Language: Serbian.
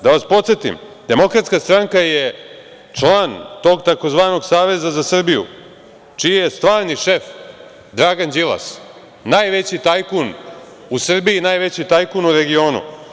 Da vas podsetim, Demokratska stranka je član tog tzv. Saveza za Srbiju čiji je stvarni šef Dragan Đilas, najveći tajkun u Srbiji i najveći tajkun u regionu.